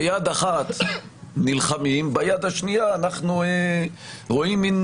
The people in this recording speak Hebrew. ביד אחת נלחמים, ביד השנייה אנחנו רואים מין